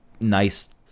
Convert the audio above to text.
nice